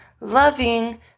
loving